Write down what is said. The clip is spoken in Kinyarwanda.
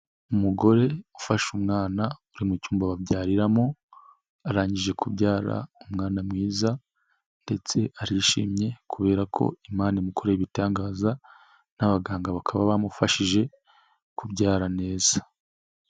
Umugore ufasha umwana uri mu cyumba babyariramo arangije kubyara umwana mwiza ndetse arishimye kubera ko imana imukoreye ibitangaza n'abaganga bakaba bamufashije kubyara neza.